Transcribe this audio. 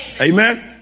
Amen